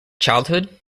childhood